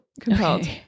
compelled